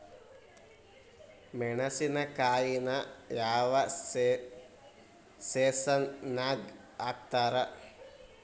ಮೆಣಸಿನಕಾಯಿನ ಯಾವ ಸೇಸನ್ ನಾಗ್ ಹಾಕ್ತಾರ?